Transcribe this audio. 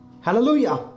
Hallelujah